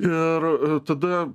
ir tada